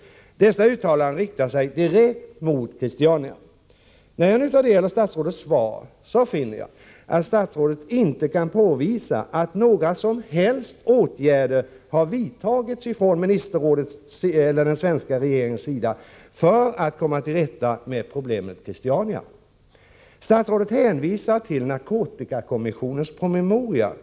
Dessa uttalanden riktade sig direkt mot Christiania. När jag nu tar del av statsrådets svar finner jag att statsrådet inte kan påvisa att några som helst åtgärder har vidtagits från den svenska regeringens sida för att komma till rätta med problemet Christiania. Statsrådet hänvisar till narkotikakommissionens promemoria nr 10.